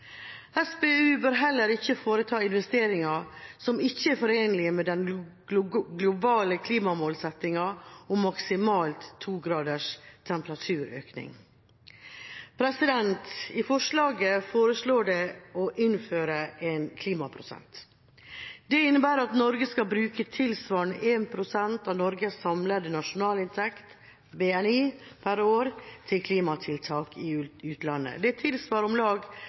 SPU bør heller ikke foreta investeringer som ikke er forenlige med den globale klimamålsettingen om maksimalt to graders temperaturøkning. I forslaget foreslås det å innføre en klimaprosent. Det innebærer at Norge skal bruke tilsvarende 1 pst. av Norges samlede nasjonalinntekt, BNI, per år til klimatiltak i utlandet. Det tilsvarer om lag